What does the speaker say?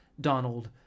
Donald